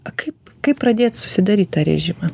a kaip kaip pradėt susidaryt tą režimą